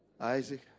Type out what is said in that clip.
Isaac